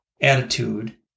attitude